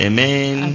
Amen